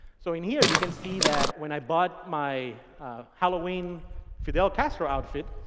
so and here you can see that when i bought my halloween fidel castro outfit,